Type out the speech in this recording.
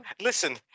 listen